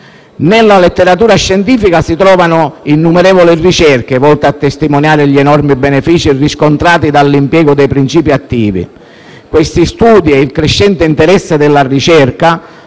Nella letteratura scientifica si trovano innumerevoli ricerche volte a testimoniare gli enormi benefici riscontrati dall'impiego dei principi attivi; questi studi ed il crescente interesse della ricerca